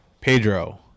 Pedro